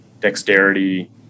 dexterity